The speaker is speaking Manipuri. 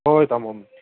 ꯍꯣꯏ ꯍꯣꯏ ꯇꯥꯃꯣ ꯎꯝ